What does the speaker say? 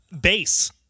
bass